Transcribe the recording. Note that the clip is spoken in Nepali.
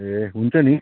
ए हुन्छ नि